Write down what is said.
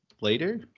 later